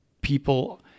people